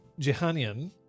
Jehanian